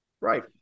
Right